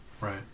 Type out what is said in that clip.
Right